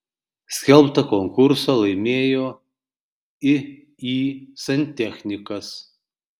skelbtą konkursą laimėjo iį santechnikas